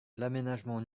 l’aménagement